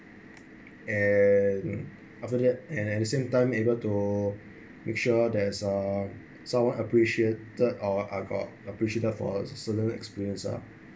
and after that and at the same time able to make sure there's a someone appreciated our I got appreciated for a certain experience ah